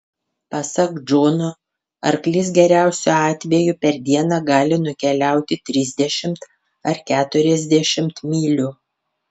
pasak džono arklys geriausiu atveju per dieną gali nukeliauti trisdešimt ar keturiasdešimt mylių